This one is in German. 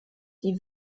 die